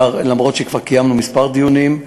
אף שכבר קיימנו כמה דיונים.